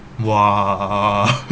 !wah!